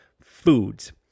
Foods